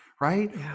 right